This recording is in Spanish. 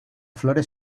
flores